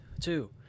two